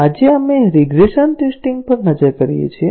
આજે આપણે regression testing પર નજર કરીએ છીએ